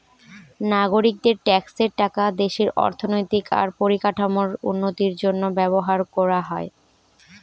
নাগরিকদের ট্যাক্সের টাকা দেশের অর্থনৈতিক আর পরিকাঠামোর উন্নতির জন্য ব্যবহার কোরা হয়